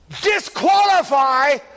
disqualify